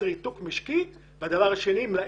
זה ריתוק משקי והדבר השני זה --- לחברות.